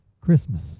Christmas